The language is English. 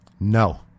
No